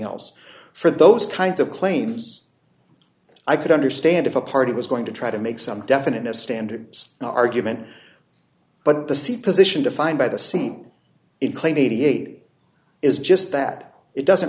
else for those kinds of claims i could understand if a party was going to try to make some definite a standard no argument but the c position defined by the seat in claim eighty eight dollars is just that it doesn't